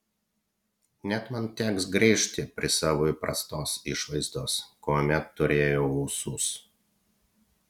net man teks grįžti prie savo įprastos išvaizdos kuomet turėjau ūsus